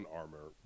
armor